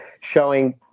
showing